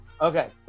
Okay